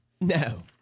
No